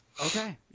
okay